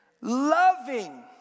loving